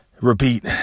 Repeat